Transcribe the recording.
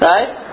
Right